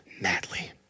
madly